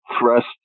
thrust